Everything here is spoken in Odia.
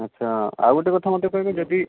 ଆଛା ଆଉ ଗୋଟେ କଥା ମୋତେ କହିବେ ଯଦି